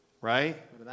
Right